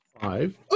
Five